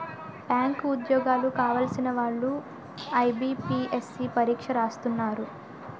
bank ఉద్యోగాలు కావలసిన వాళ్లు ఐబీపీఎస్సీ పరీక్ష రాస్తున్నారు